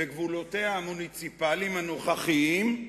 בגבולותיה המוניציפליים הנוכחיים,